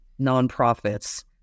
nonprofits